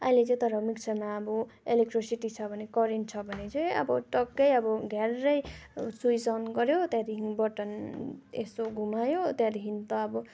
आहिले चाहिँ तर मिक्सरमा आब इलेक्ट्रिसिटी छ भने करेन्ट छ भने चाहिँ अब टक्कै अब घ्यार्रै स्विच अन गर्यो त्यहाँदेखिन् बटन यसो घुमायो त्यहाँदेखिन् त अब